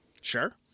sure